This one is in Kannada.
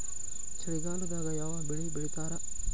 ಚಳಿಗಾಲದಾಗ್ ಯಾವ್ ಬೆಳಿ ಬೆಳಿತಾರ?